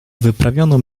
wyprawiono